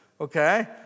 Okay